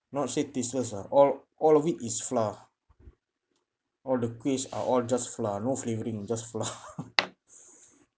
not say tasteless lah all all of it is flour all the kuihs are all just flour no flavouring just flour